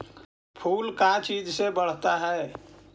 फूल का चीज से बढ़ता है?